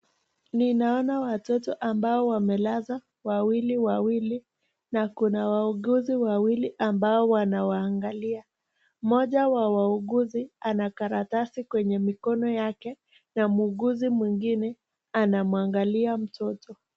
Ninaona watoto ambao wamelazwaa wawili wawili na kuna wauguzi wawili ambao wanawaangalia. Mmoja wa wauguzi ana karatasi kwenye mikono yake na muuguzi mwingine anamwangalia mtoto.